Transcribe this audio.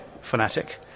fanatic